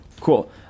cool